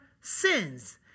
sins